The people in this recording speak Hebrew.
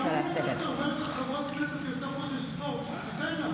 אם אתה מוכן חודש להפוך להיות אפילו לא טבעוני,